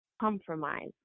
compromise